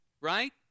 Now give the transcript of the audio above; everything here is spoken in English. right